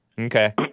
okay